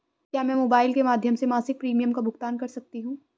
क्या मैं मोबाइल के माध्यम से मासिक प्रिमियम का भुगतान कर सकती हूँ?